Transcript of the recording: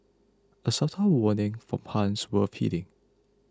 a subtle warning from Han worth heeding